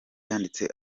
yanditse